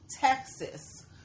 Texas